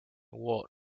ward